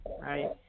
right